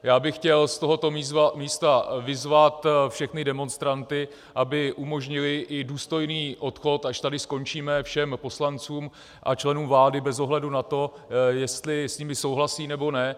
Já bych chtěl z tohoto místa vyzvat všechny demonstranty, aby umožnili i důstojný odchod, až tady skončíme, všem poslancům a členům vlády bez ohledu na to, jestli s nimi souhlasí, nebo ne.